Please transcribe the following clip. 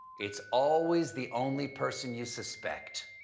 it's always the only person you suspect.